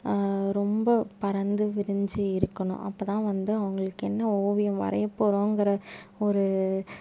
ரொம்ப பரந்து விரிஞ்சு இருக்கணும் அப்போ தான் வந்து அவர்களுக்கு என்ன ஓவியம் வரையப்போகிறோங்கிற ஒரு